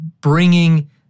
bringing